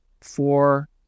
four